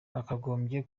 bakagombye